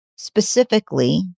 Specifically